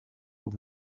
aux